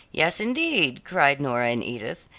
yes, indeed, cried nora and edith,